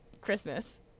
Christmas